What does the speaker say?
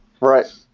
Right